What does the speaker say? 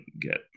get